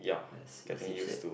yes as you said